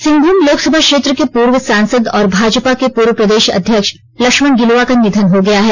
सिंहभूम लोकसभा क्षेत्र के पूर्व सांसद और भाजपा के पूर्व प्रदेश अध्यक्ष लक्ष्मण गिलुवा का निधन हो गया है